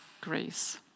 grace